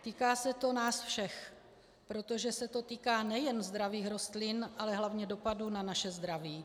Týká se to nás všech, protože se to týká nejen zdravých rostlin, ale hlavně dopadů na naše zdraví.